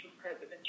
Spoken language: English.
President